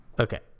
okay